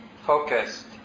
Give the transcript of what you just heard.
focused